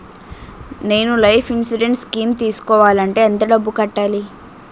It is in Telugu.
నేను లైఫ్ ఇన్సురెన్స్ స్కీం తీసుకోవాలంటే ఎంత డబ్బు కట్టాలి?